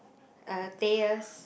uh Thayer's